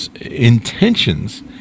intentions